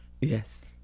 Yes